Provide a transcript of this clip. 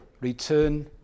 return